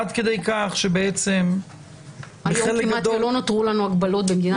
עד כדי כך --- כמעט ולא נותרו הגבלות במדינת ישראל.